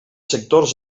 sectors